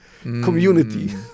community